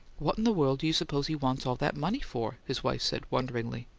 what in the world do you suppose he wants all that money for? his wife said, wonderingly.